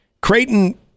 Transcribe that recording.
Creighton